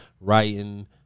writing